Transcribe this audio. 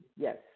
Yes